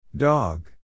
Dog